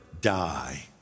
die